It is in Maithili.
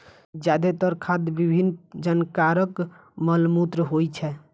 जादेतर खाद विभिन्न जानवरक मल मूत्र होइ छै